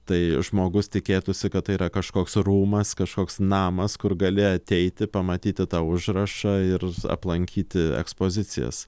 tai žmogus tikėtųsi kad tai yra kažkoks rūmas kažkoks namas kur gali ateiti pamatyti tą užrašą ir aplankyti ekspozicijas